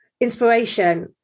inspiration